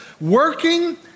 working